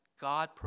God